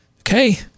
Okay